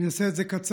אני אעשה את זה קצר.